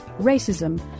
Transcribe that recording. racism